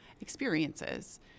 experiences